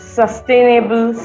sustainable